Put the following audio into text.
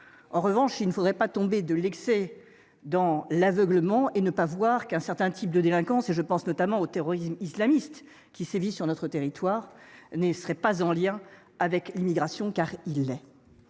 En revanche, il ne faudrait pas tomber de l’excès dans l’aveuglement et ne pas voir qu’un certain type de délinquance – je pense notamment au terrorisme islamiste qui sévit sur notre territoire – n’est pas sans lien avec l’immigration. De la